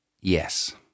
yes